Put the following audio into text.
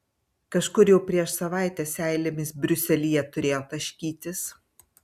kažkur jau prieš savaitę seilėmis briuselyje turėjo taškytis